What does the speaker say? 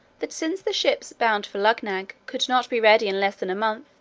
that since the ships bound for luggnagg could not be ready in less than a month,